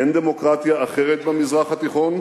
אין דמוקרטיה אחרת במזרח התיכון,